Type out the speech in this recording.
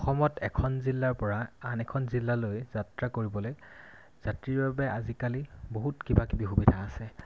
অসমত এখন জিলাৰ পৰা আন এখন জিলালৈ যাত্ৰা কৰিবলৈ যাত্ৰীৰ বাবে আজিকালি বহুত কিবা কিবি সুবিধা আছে